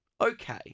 okay